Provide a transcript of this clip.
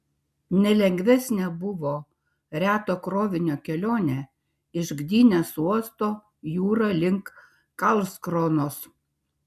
nelengvesnė buvo reto krovinio kelionė iš gdynės uosto jūra link karlskronos